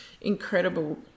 incredible